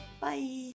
bye